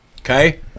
Okay